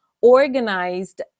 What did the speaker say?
organized